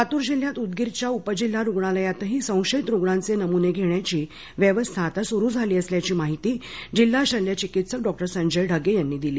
लातूर जिल्ह्यात उदगीरच्या उपजिल्हा रुग्णालयातही संशयित रुग्णांचे नमूने घेण्याची व्यवस्था आता सुरु झाली असल्याची माहिती जिल्हा शल्यचिकित्सक डॉ संजय ढगे यांनी दिली